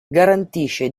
garantisce